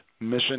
Mission